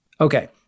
Okay